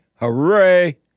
hooray